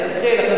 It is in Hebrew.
תן לי להתחיל,